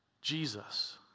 Jesus